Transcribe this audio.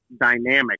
dynamic